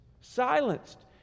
Silenced